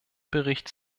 bericht